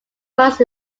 most